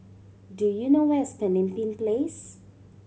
do you know where is Pemimpin Place